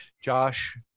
Josh